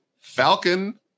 Falcon